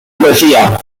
poesía